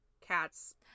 cats